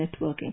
networking